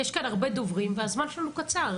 יש כאן הרבה דוברים והזמן שלנו קצר.